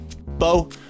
Bo